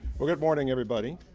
well good morning everybody.